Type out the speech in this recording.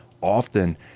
often